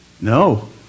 no